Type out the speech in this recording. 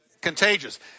contagious